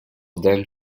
then